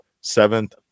seventh